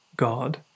god